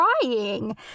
crying